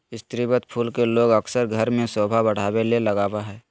स्रीवत फूल के लोग अक्सर घर में सोभा बढ़ावे ले लगबा हइ